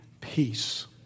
peace